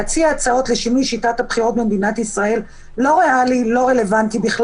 להציע הצעות לשינוי שיטת הבחירות במדינת ישראל זה לא ריאלי ולא רלוונטי,